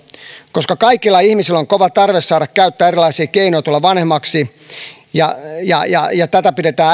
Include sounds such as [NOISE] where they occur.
koska kaikilla ihmisillä on kova tarve saada käyttää erilaisia keinoja tulla vanhemmaksi ja äitiyttä ja isyyttä ja vanhemmuutta pidetään [UNINTELLIGIBLE]